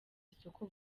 isoko